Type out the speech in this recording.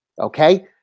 okay